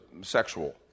sexual